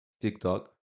TikTok